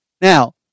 Now